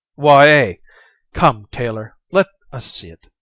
why, ay come, tailor, let us see't.